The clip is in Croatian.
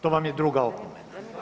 To vam je druga opomena.